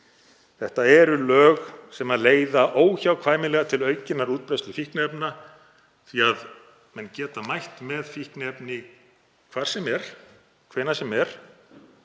Þetta eru lög sem leiða óhjákvæmilega til aukinnar útbreiðslu fíkniefna því að menn geta mætt með fíkniefni hvar sem er, hvenær sem er